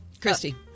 Christy